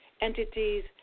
Entities